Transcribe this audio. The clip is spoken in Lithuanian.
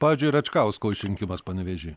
pavyzdžiui račkausko išrinkimas panevėžy